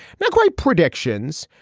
not quite predictions,